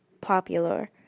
popular